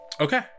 Okay